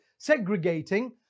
Segregating